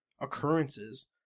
occurrences